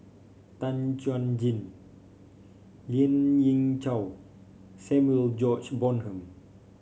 Tan Chuan Jin Lien Ying Chow Samuel George Bonham